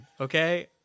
okay